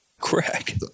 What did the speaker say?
Crack